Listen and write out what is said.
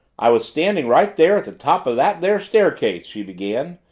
i was standing right there at the top of that there staircase, she began,